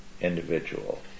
individual